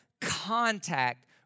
contact